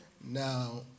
Now